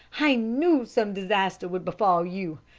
i knew some disaster would befall you.